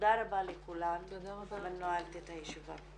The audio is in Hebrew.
תודה רבה לכולם, אני נועלת את הישיבה.